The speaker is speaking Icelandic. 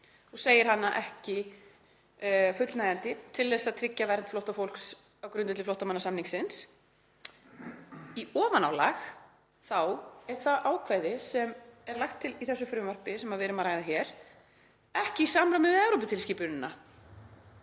og segir hana ekki fullnægjandi til að tryggja vernd flóttafólks á grundvelli flóttamannasamningsins. Í ofanálag þá er það ákvæði sem er lagt til í þessu frumvarpi sem við erum að ræða hér ekki í samræmi við Evróputilskipunina.